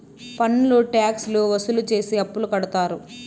పన్నులు ట్యాక్స్ లు వసూలు చేసి అప్పులు కడతారు